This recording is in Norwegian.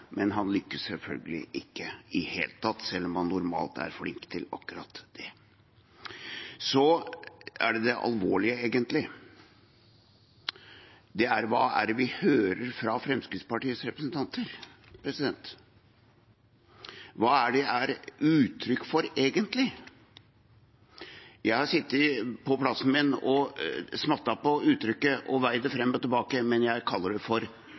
men han lykkes selvfølgelig ikke i det hele tatt, selv om han normalt er flink til akkurat det. Og så er det det alvorlige: Hva er det vi hører fra Fremskrittspartiets representanter, og hva er det et uttrykk for, egentlig? Jeg har sittet på plassen min og smattet på uttrykket og veid det fram og tilbake, men jeg kaller det for